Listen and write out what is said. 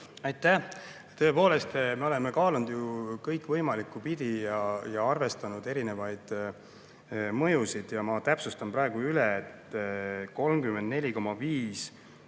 Aitäh! Tõepoolest, me oleme kaalunud kõikvõimalikku pidi ja arvestanud erinevaid mõjusid. Ja ma täpsustan praegu üle, et 34,5